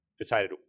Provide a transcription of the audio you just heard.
Decided